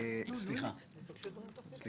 אנחנו